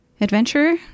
Adventurer